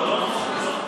קודם כול, זה לא נכון.